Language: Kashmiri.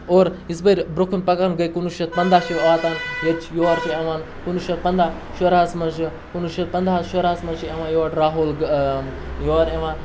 اور یِژ پھِر برونٛہہ کُن پَکان گٔے کُنوُہ شیٚتھ پنٛداہ چھِ واتان ییٚتہِ چھِ یور چھِ اِوان کُنوُہ شیٚتھ پنٛداہ شُرہَس منٛز چھِ کُنوُہ شیٚتھ پنٛدہَس شُرہَس منٛز چھِ یِوان یور راہُل یور یِوان